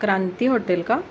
क्रांती hotel का